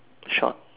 short